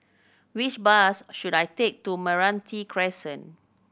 which bus should I take to Meranti Crescent